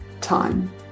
time